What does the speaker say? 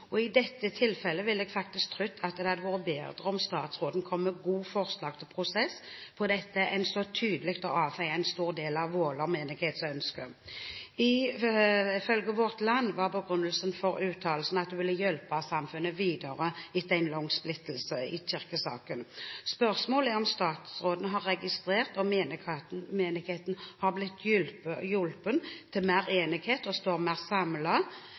I dette tilfellet hadde jeg faktisk trodd at det hadde vært bedre om statsråden kom med et godt forslag til prosess på dette, enn så tydelig å avfeie en så stor del av Våler menighets ønske. Ifølge Vårt Land var begrunnelsen for uttalelsen at hun vil hjelpe samfunnet videre etter en lang splittelse i kirkesaken. Spørsmålet er om statsråden har registrert dette, og om menigheten har blitt hjulpet til mer enighet og til å stå mer